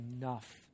enough